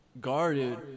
guarded